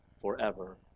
forever